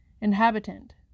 Inhabitant